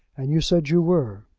and you said you were.